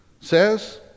says